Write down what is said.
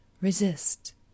Resist